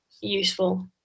useful